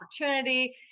opportunity